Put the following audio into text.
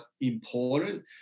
important